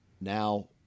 now